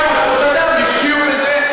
כמה שעות אדם השקיעו בזה?